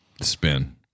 spin